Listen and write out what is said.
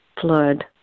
flood